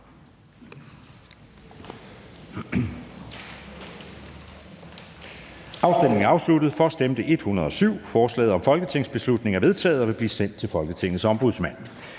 hverken for eller imod stemte 0. Forslaget til folketingsbeslutning er vedtaget og vil blive sendt til Folketingets Ombudsmand.